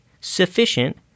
sufficient